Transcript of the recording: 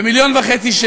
ב-1.5 מיליון שקל,